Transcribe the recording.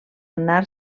anar